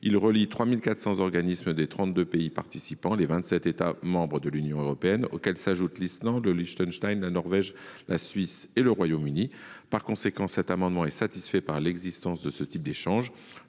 Il relie 3 400 organismes des 32 pays participants : les 27 États membres de l’Union européenne, auxquels s’ajoutent l’Islande, le Liechtenstein, la Norvège, la Suisse et le Royaume Uni. Par conséquent, cet amendement est satisfait par l’existence de ce type d’échanges.